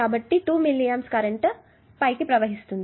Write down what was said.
కాబట్టి 2 milliamps current పైకి ప్రవహిస్తుంది